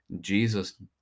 Jesus